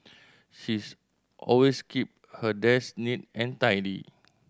she's always keep her desk neat and tidy